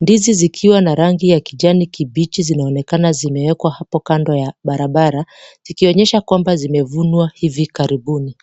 Ndizi zikiwa na rangi ya kijani kibichi zinaonekana zimewekwa hapo kando ya barabara zikionyesha kwamba zimevunwa hivi karibuni.